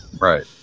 Right